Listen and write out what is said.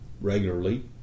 regularly